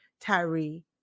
Tyree